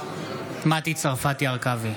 בעד מטי צרפתי הרכבי,